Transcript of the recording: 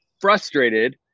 frustrated